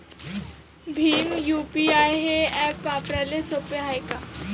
Bhim UPI हे app वापराले सोपे हाय का?